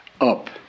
up